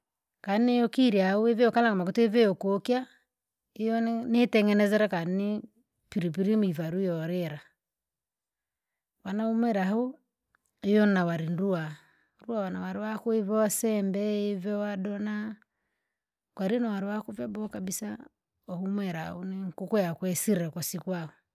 Kani ukirya uwivya kalama ukutivia ukukya, iyone nitengenezera kani, pilipili mivarwi yorira. Wana umwire ahu, iyona warinduwa, nduwa wana ware wako ivo asembe ivyo wadona. Kwari nowari wako vyabowa kabisa, uhumwera aune nkuku yako isire kwa siku aaha.